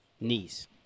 Knees